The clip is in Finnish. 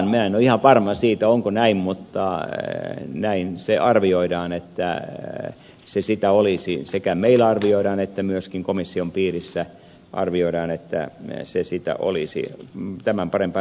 minä en ole ihan varma onko näin mutta näin se arvioidaan että se sitä olisi sekä meillä arvioidaan että myöskin komission piirissä arvioidaan että se sitä olisi